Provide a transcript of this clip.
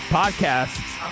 podcasts